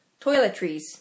Toiletries